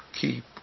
Keep